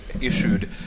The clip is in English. issued